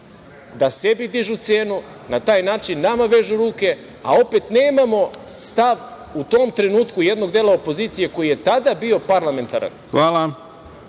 da sebi dižu cenu, na taj način nama vežu ruke, a opet nemamo stav u tom trenutku jednog dela opozicije koji je tada bio parlamentaran. Ako